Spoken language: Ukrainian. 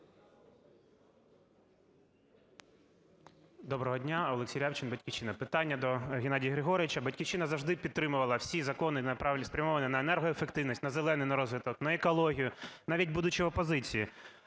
Доброго дня. Олексій Рябчин, "Батьківщина". Питання до Геннадія Григоровича. "Батьківщина" завжди підтримувала всі закони, спрямовані на енергоефективність, на "зелений" на розвиток, на екологію, навіть будучи в опозиції.